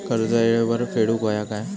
कर्ज येळेवर फेडूक होया काय?